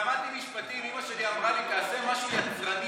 כשלמדתי משפטים אימא שלי אמרה לי: תעשה משהו יצרני.